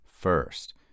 first